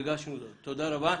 תודה רבה.